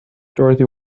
dorothy